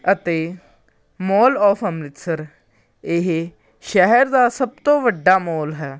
ਅਤੇ mall of Amritsar ਇਹ ਸ਼ਹਿਰ ਦਾ ਸਭ ਤੋਂ ਵੱਡਾ ਮੌਲ ਹੈ